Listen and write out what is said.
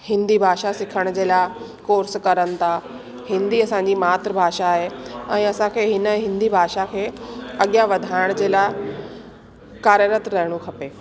हिंदी भाषा सिखण जे लाइ कोर्स करण था हिंदी असांजी मातृ भाषा आहे ऐं असांखे हिन हिंदी भाषा खे अॻियां वधाइण जे लाइ कार्यरत रहणो खपे